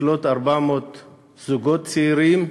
לקלוט 400 זוגות צעירים,